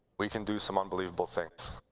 we can do some unbelievable things.